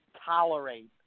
tolerate